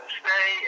stay